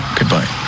Goodbye